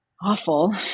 awful